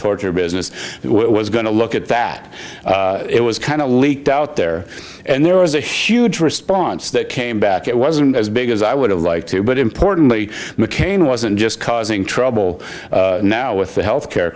torture business it was going to look at that it was kind of leaked out there and there was a huge response that came back it wasn't as big as i would have liked to but importantly mccain wasn't just causing trouble now with the health care